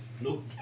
Nope